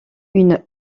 une